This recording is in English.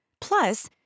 Plus